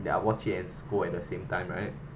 ya watch it and scold at the same time right